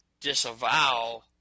disavow